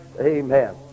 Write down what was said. Amen